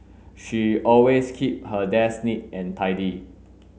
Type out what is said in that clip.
she always keep her desk neat and tidy